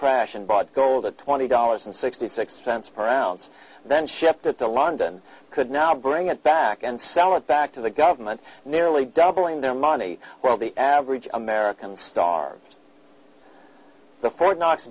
crash and bought gold at twenty dollars and sixty six cents per ounce then shifted to london could now bring it back and sell it back to the government nearly doubling their money well the average american starved the fort knox